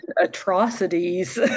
atrocities